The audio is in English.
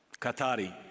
Qatari